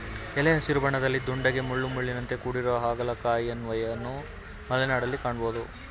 ಎಲೆ ಹಸಿರು ಬಣ್ಣದಲ್ಲಿ ದುಂಡಗೆ ಮುಳ್ಳುಮುಳ್ಳಿನಿಂದ ಕೂಡಿರೊ ಹಾಗಲಕಾಯಿಯನ್ವನು ಮಲೆನಾಡಲ್ಲಿ ಕಾಣ್ಬೋದು